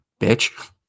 bitch